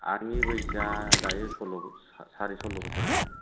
आंनि बैसोया दायो सलल' बोसोर साराय सलल' बोसोर जाबाय